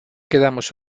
quedamos